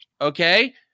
okay